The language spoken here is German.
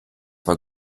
war